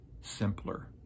simpler